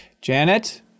Janet